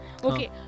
okay